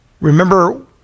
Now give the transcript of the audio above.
Remember